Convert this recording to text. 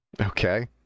Okay